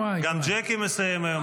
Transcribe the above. גם ג'קי מסיים היום.